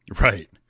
Right